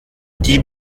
die